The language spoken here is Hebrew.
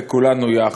זה כולנו יחד,